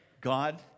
God